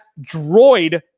droid